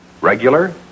Regular